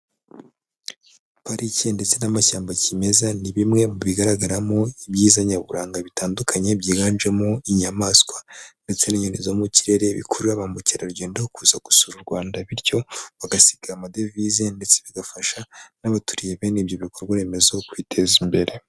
Parike ndetse n'amashyamba kimeza ni bimwe mu bigaragaramo ibyiza nyaburanga bitandukanye byiganjemo inyamaswa ndetse n'inyoni zo mu kirere, bikurura ba mukerarugendo kuza gusura u Rwanda bityo bagasiga amadevize ndetse bigafasha n'abaturiye bene ibyo bikorwa remezo kwiteza imbere.